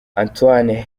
antoine